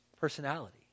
personality